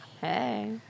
Hey